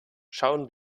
schauen